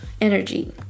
energy